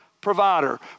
provider